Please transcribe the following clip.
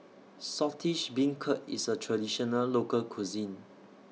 Saltish Beancurd IS A Traditional Local Cuisine